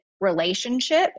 relationship